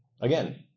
Again